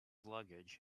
luggage